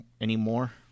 anymore